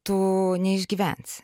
tu neišgyvensi